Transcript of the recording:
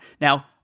Now